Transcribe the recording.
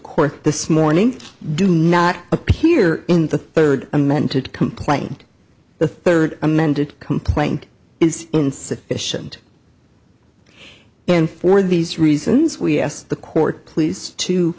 court this morning do not appear in the third and mentored complaint the third amended complaint is insufficient and for these reasons we asked the court please to